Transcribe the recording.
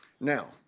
Now